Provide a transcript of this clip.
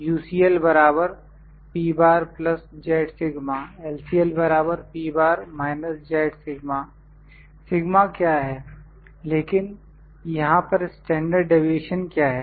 UCL LCL sigma क्या है लेकिन यहां पर स्टैंडर्ड डीविएशन क्या है